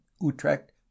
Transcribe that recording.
utrecht